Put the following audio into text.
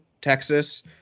Texas